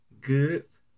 goods